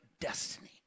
destiny